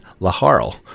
Laharl